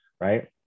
right